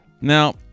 Now